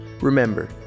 Remember